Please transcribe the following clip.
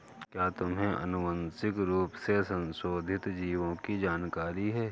क्या तुम्हें आनुवंशिक रूप से संशोधित जीवों की जानकारी है?